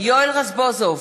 יואל רזבוזוב,